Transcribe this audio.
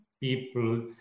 people